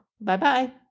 Bye-bye